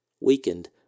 weakened